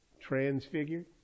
Transfigured